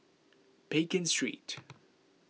Pekin Street